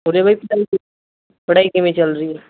ਪੜ੍ਹਾਈ ਕਿਵੇਂ ਚੱਲ ਰਹੀ ਹੈ